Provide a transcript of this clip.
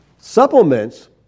supplements